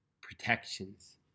protections